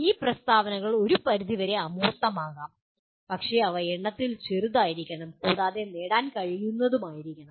ഈ പ്രസ്താവനകൾ ഒരു പരിധിവരെ അമൂർത്തമാകാം പക്ഷേ അവ എണ്ണത്തിൽ ചെറുതായിരിക്കണം കൂടാതെ നേടാൻ കഴിയുന്നതുമായിരിക്കണം